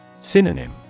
Synonym